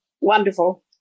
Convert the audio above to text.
wonderful